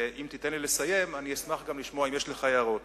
ואם תיתן לי לסיים אני אשמח גם לשמוע אם יש לך הערות.